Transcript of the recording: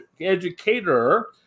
educator